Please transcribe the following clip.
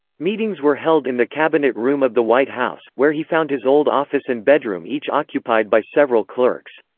meetings were held in the cabinet room of the white house, where he found his old office and bedroom each occupied by several clerks.